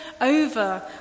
over